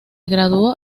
graduó